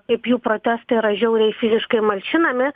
kaip jų protestai yra žiauriai fiziškai malšinami